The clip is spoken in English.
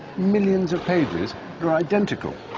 millions of pages that are identical.